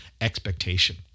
expectation